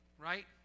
Right